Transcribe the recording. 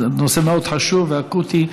נושא מאוד חשוב ואקוטי.